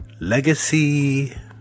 Legacy